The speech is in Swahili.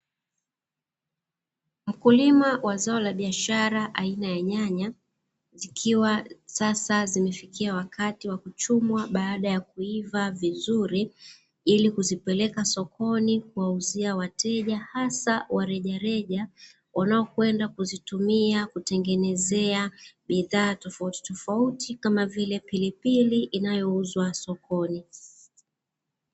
Mkulima wa zao la biashara aina ya nyanya; zikiwa sasa zimefikia wakati wa kuchumwa baada ya kuiva vizuri, ili kuzipeleka sokoni kuwauzia wateja hasa wa rejareja; wanaokwenda kuzitumia kutengenezea bidhaa tofautitofauti kama vile pilipili inayouzwa sokoni.